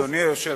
אדוני היושב-ראש,